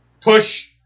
Push